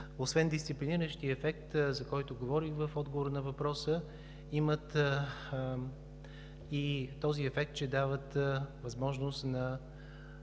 освен дисциплиниращия ефект, за който говорим в отговора на въпроса, имат и този ефект, че дават възможност на